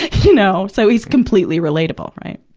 you know. so, he's completely relatable, right?